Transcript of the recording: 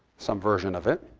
some version of it.